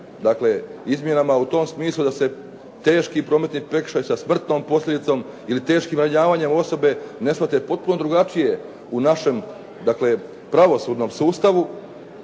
dakle izmjenama u tom smislu da se teški prometni prekršaj sa smrtnom posljedicom ili teškim ranjavanjem osobe ne shvate potpuno drugačije u našem dakle pravosudnom sustavu.